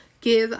Give